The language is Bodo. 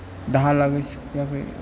दाहालागै सफैयाखै